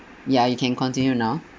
ya you can continue now